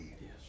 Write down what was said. Yes